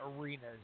arenas